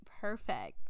perfect